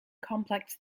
complex